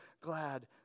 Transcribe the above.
glad